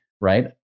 right